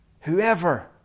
whoever